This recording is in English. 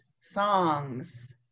songs